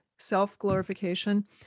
self-glorification